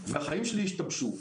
החיים שלי השתבשו.